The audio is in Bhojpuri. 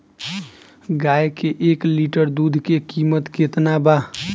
गाय के एक लिटर दूध के कीमत केतना बा?